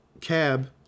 Cab